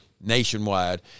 nationwide